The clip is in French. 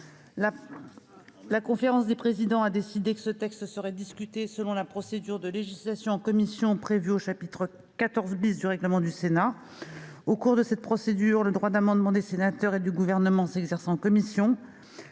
La conférence des présidents a décidé que ce texte serait discuté selon la procédure de législation en commission prévue au chapitre XIV du règlement du Sénat. Au cours de cette procédure, le droit d'amendement des sénateurs et du Gouvernement s'exerce en commission,